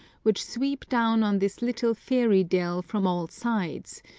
which sweep down on this little fairy dell from all sides,